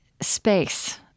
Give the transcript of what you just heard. space –